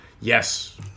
yes